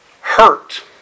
hurt